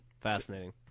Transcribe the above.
Fascinating